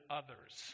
others